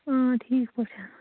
اۭں ٹھیٖک پٲٹھۍ